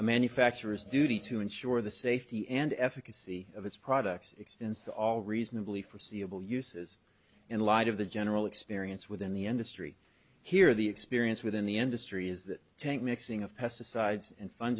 a manufacturer's duty to ensure the safety and efficacy of its products extends to all reasonably forseeable uses in light of the general experience within the industry here the experience within the industry is that tank mixing of pesticides and